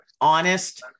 honest